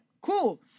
cool